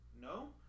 No